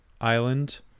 Island